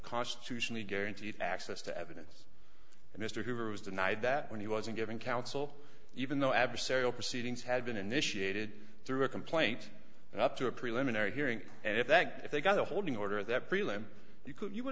constitutionally guaranteed access to evidence and mr hoover was denied that when he wasn't given counsel even though adversarial proceedings had been initiated through a complaint and up to a preliminary hearing and if that if they got the holding order that prelim you could